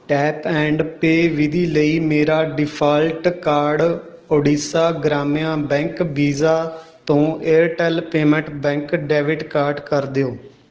tap and pay ਵਿਧੀ ਲਈ ਮੇਰਾ default card Odisha Gramya bank Visa ਤੋਂ Airtel payment bank debit card ਕਰ ਦਿਓ